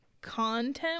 Content